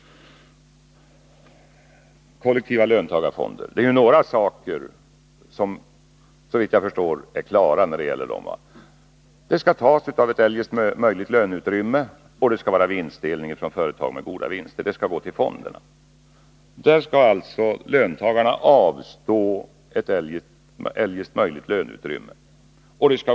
Såvitt jag förstår är några saker klara när det gäller kollektiva löntagarfonder. Pengarna skall tas från ett eljest möjligt löneutrymme, och en vinstfördelning skall ske i företag med goda vinster. Pengarna skall gå till fonderna.